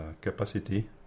capacity